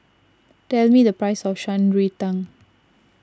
tell me the price of Shan Rui Tang